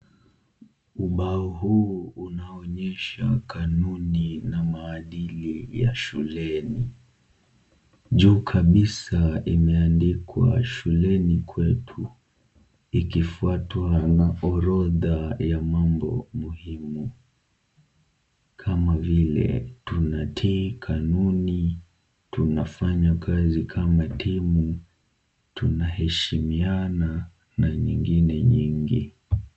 Ubao huu unaonyesha kanuni na maadili ya shuleni. Juu kabisa imeandikwa shuleni kwetu ikifuatwa orodha ya mambo muhimu kama vile tunatii kanuni, tunafaya kazi kama timu, tunaheshimiana na nyingine nyingi.